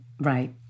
Right